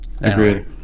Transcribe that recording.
Agreed